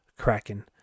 kraken